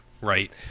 Right